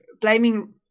Blaming